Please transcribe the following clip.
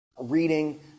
reading